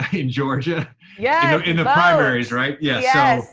ah in georgia yeah ah in the primaries, right? yeah yes!